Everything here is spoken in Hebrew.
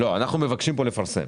אנחנו מבקשים לפרסם.